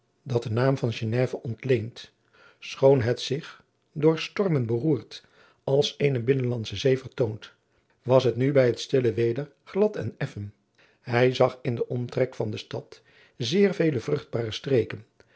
dat den naam van geneve ontleent schoon het zich door stormen beroerd als eene binnelandsche zee vertoont was het nu bij het stille weder glad en effen hij zag in den omtrek van de stad zeer vele vruchtbare streken